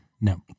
No